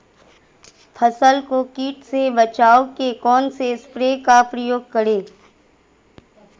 फसल को कीट से बचाव के कौनसे स्प्रे का प्रयोग करें?